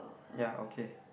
ya okay